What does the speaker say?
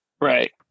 Right